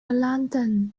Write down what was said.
lantern